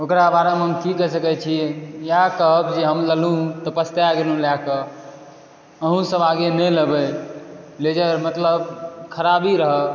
ओकरा बारे मे हम कि कहि सकै छी इएह कहब जे हम लेलहुॅं तऽ पछताइ गेलहुॅं लऽ कऽ अहूँ सब आगे नहि लेबै रेजर मतलब खराबी रहय